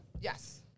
Yes